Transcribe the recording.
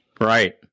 right